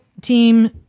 team